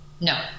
no